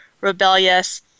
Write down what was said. rebellious